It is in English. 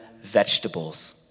vegetables